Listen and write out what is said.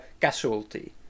casualty